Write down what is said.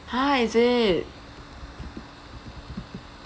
!huh! is it